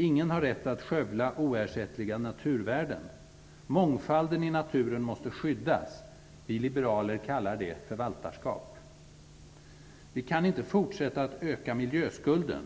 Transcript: Ingen har rätt att skövla oersättliga naturvärden. Mångfalden i naturen måste skyddas. Vi liberaler kallar det förvaltarskap. Vi kan inte fortsätta att öka miljöskulden.